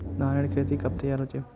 धानेर खेती कब तैयार होचे?